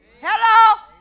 Hello